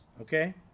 okay